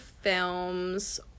films